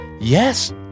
Yes